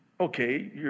okay